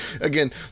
Again